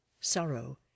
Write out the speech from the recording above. sorrow